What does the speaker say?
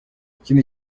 ikindi